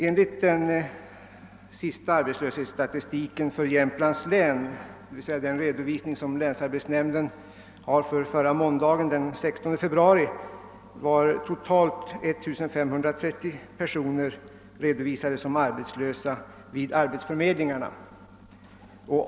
Enligt den senaste arbetslöshetsstatistiken för Jämtlands län, d.v.s. den redovisning som länsarbetsnämnden lämnade måndagen den 16 februari, var totalt 1530 personer redovisade som arbetslösa vid arbetsförmedlingarna.